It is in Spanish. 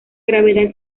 gravedad